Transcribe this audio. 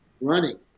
running